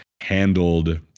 handled